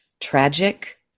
tragic